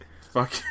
fuck